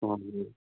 हजुर